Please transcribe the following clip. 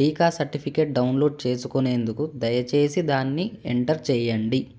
టీకా certificate download చేసుకునేందుకు దయచేసి దాన్ని ఎంటర్ చేయండి